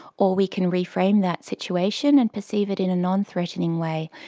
or we can reframe that situation and perceive it in a non-threatening way.